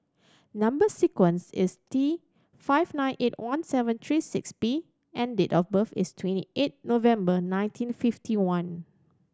number sequence is T five nine eight one seven three six P and date of birth is twenty eight November nineteen fifty one